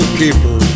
keeper